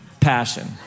passion